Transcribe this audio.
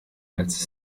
als